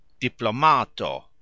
Diplomato